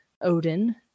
Odin